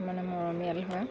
মানে মৰমীয়াল হয়